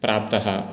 प्राप्तः